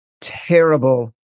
terrible